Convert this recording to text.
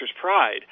pride